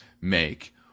make